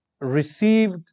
received